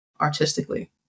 artistically